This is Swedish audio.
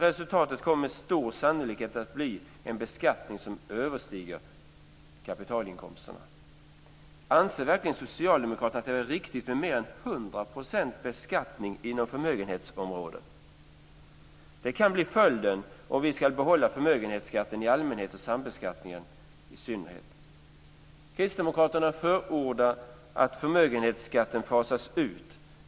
Resultatet kommer med stor sannolikhet att bli en beskattning som överstiger kapitalinkomsterna. Anser verkligen socialdemokraterna att det är riktigt med mer än 100 % beskattning inom förmögenhetsområdet? Det kan bli följden om vi ska behålla förmögenhetsskatten i allmänhet och sambeskattningen i synnerhet. Kristdemokraterna förordar att förmögenhetsskatten fasas ut.